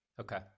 Okay